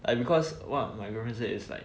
and because what my girlfriend say is like